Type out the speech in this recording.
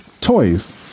toys